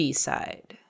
B-Side